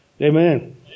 Amen